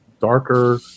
darker